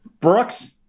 Brooks